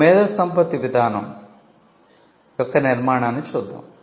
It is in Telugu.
ఇప్పుడు మేధోసంపత్తి విధానం యొక్క నిర్మాణాన్ని చూద్దాం